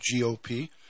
GOP